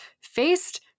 faced